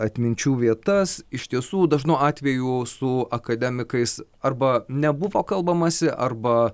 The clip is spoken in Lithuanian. atminčių vietas iš tiesų dažnu atveju su akademikais arba nebuvo kalbamasi arba